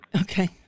Okay